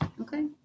Okay